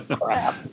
Crap